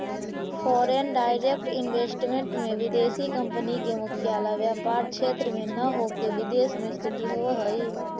foreign direct investment में विदेशी company के मुख्यालय व्यापार क्षेत्र में न होके विदेश में स्थित होवऽ हई